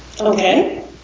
Okay